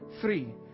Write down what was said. three